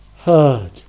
heard